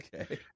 Okay